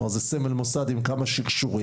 כלומר זה סמל מוסד עם כמה שקשורים,